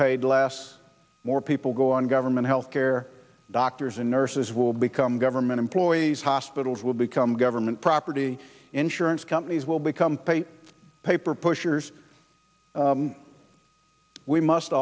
paid last more people go on government health care doctors and nurses will become government employees hospitals will become government property insurance companies will become pay paper pushers we must